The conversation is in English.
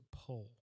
pull